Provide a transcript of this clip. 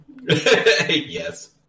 yes